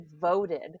voted